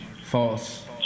false